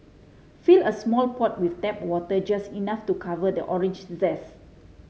fill a small pot with tap water just enough to cover the orange zest